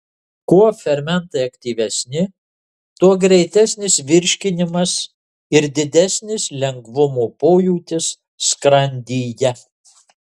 kuo fermentai aktyvesni tuo greitesnis virškinimas ir didesnis lengvumo pojūtis skrandyje